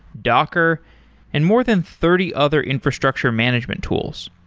docker and more than thirty other infrastructure management tools.